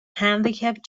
handicapped